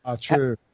true